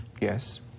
Yes